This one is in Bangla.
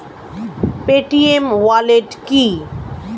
পেটিএম ওয়ালেট কি?